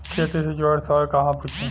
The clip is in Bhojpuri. खेती से जुड़ल सवाल कहवा पूछी?